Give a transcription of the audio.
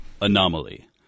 Anomaly